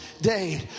day